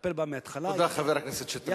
נטפל בה מההתחלה, תודה, חבר הכנסת שטרית.